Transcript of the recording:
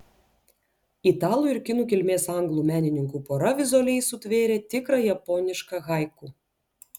italų ir kinų kilmės anglų menininkų pora vizualiai sutvėrė tikrą japonišką haiku